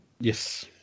Yes